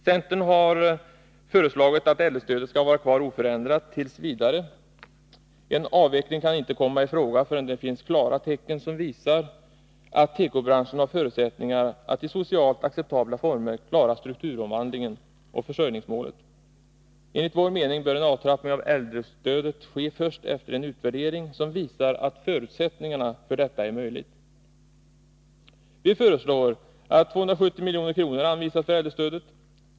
Centern har föreslagit att äldrestödet skall vara kvar oförändrat t. v. En avveckling kan inte komma i fråga förrän det finns klara tecken som visar att tekobranschen har förutsättningar att i socialt acceptabla former klara strukturomvandlingen och försörjningsmålet. Enligt vår mening bör en avtrappning av äldrestödet ske först efter en utvärdering som visar att dessa förutsättningar finns. Vi föreslår att 270 milj.kr. anvisas för äldrestödet.